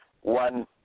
One